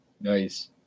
nice